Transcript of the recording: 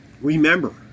Remember